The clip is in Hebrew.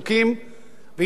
ויש בית-משפט,